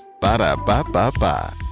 Ba-da-ba-ba-ba